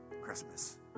Christmas